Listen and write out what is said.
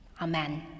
Amen